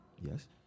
Yes